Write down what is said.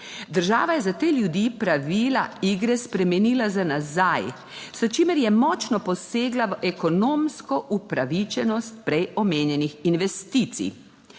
Država je za te ljudi pravila igre spremenila za nazaj, s čimer je močno posegla v ekonomsko upravičenost prej omenjenih investicij.